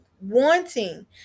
wanting